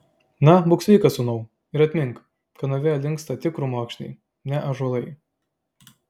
na būk sveikas sūnau ir atmink kad nuo vėjo linksta tik krūmokšniai ne ąžuolai